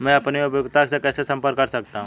मैं अपनी उपयोगिता से कैसे संपर्क कर सकता हूँ?